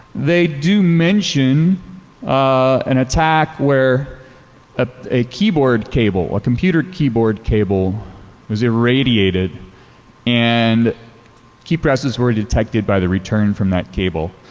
they do mention an attack where ah a keyboard cable, a computer keyboard cable was irradiated and key presses were detected by the return from that cable.